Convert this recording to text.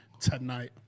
tonight